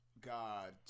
God